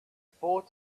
thought